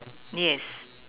yes